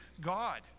God